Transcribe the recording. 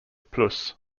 plus